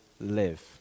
live